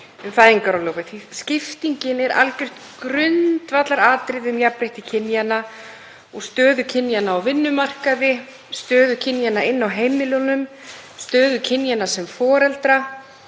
fæðingarorlofs. Skiptingin er algjört grundvallaratriði fyrir jafnrétti kynjanna og stöðu kynjanna á vinnumarkaði, stöðu kynjanna inni á heimilunum, stöðu kynjanna sem foreldra.